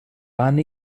van